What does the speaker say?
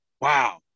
wow